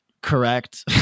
correct